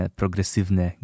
progresywne